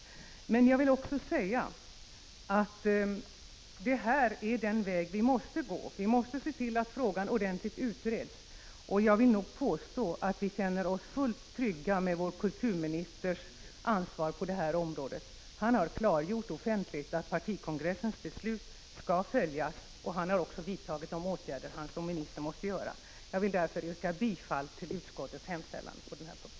Jag vill emellertid också säga att detta är den väg vi måste gå genom att se till att frågan utreds ordentligt. Jag vill påstå att vi känner oss fullt trygga när det gäller vår kulturministers ansvar på detta område. Han har offentligt klargjort att partikongressens beslut skall följas, och han har också vidtagit de åtgärder som han som minister har att vidta. Jag vill därför yrka bifall till utskottets hemställan på denna punkt.